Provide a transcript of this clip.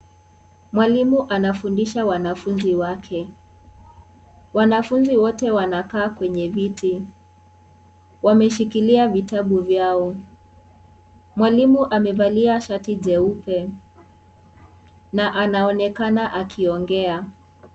Mwalimu anafundisha wanafunzi wake. Wanafunzi wote wamekaa kwenye viti. Wameshikilia vitabu vyao. Mwalimu amevalia shati jeupe na anaonekana wakiongea.